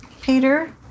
Peter